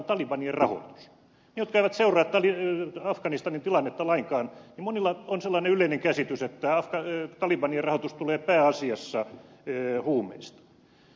monilla niillä jotka eivät seuraa afganistanin tilannetta lainkaan on sellainen yleinen käsitys että talibanien rahoitus tulee pääasiassa huumeista